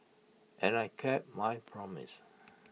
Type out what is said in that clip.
and I kept my promise